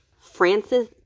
francis